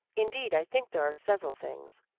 indeed, i think there are several things.